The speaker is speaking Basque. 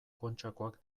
kontxakoak